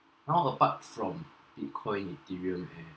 now apart from Bitcoin ethereum